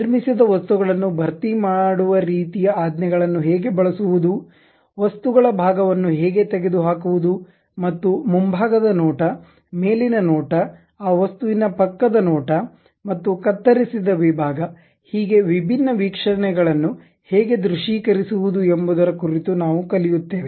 ನಿರ್ಮಿಸಿದ ವಸ್ತುಗಳನ್ನು ಭರ್ತಿ ಮಾಡುವ ರೀತಿಯ ಆಜ್ಞೆಗಳನ್ನು ಹೇಗೆ ಬಳಸುವುದು ವಸ್ತುಗಳ ಭಾಗವನ್ನು ಹೇಗೆ ತೆಗೆದುಹಾಕುವುದು ಮತ್ತು ಮುಂಭಾಗದ ನೋಟ ಮೇಲಿನ ನೋಟ ಆ ವಸ್ತುವಿನ ಪಕ್ಕದ ನೋಟ ಮತ್ತು ಕತ್ತರಿಸಿದ ವಿಭಾಗ ಹೀಗೆ ವಿಭಿನ್ನ ವೀಕ್ಷಣೆಗಳನ್ನು ಹೇಗೆ ದೃಶ್ಯೀಕರಿಸುವುದು ಎಂಬುದರ ಕುರಿತು ನಾವು ಕಲಿಯುತ್ತೇವೆ